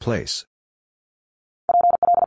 Place